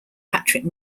patrick